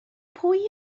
pwy